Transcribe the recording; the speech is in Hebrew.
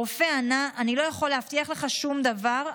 הרופא ענה: אני לא יכול להבטיח לך שום דבר,